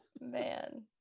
Man